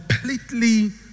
completely